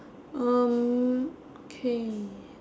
um okay